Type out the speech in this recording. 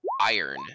Iron